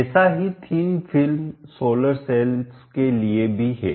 ऐसा ही thin film solar cells के लिए भी है